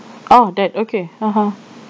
oh that okay (uh huh)